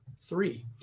three